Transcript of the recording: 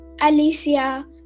Alicia